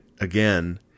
again